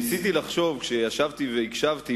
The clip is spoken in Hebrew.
כשישבתי והקשבתי,